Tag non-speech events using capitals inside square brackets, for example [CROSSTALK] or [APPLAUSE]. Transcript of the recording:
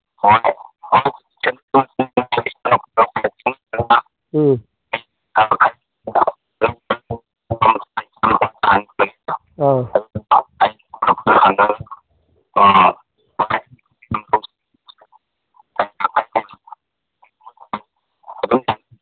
[UNINTELLIGIBLE] ꯎꯝ [UNINTELLIGIBLE] ꯑꯥ [UNINTELLIGIBLE]